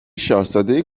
شاهزاده